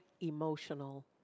emotional